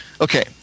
Okay